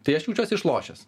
tai aš jaučiuos išlošęs